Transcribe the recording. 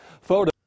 Photo